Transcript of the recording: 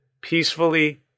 peacefully